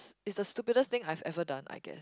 it's the stupidest thing I have ever done I guess